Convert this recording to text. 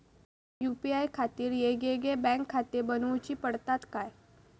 UPI खातीर येगयेगळे बँकखाते बनऊची पडतात काय?